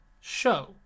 show